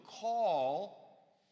call